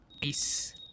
peace